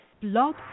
Blog